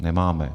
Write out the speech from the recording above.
Nemáme.